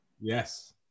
yes